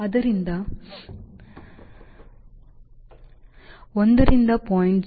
ಆದ್ದರಿಂದ 1 ರಿಂದ 0